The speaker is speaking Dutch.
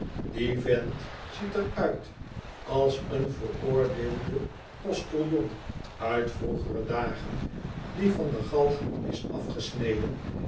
die vent ziet er uit als een veroordeelden postiljon uit vroegere dagen die van de galg is afgesneden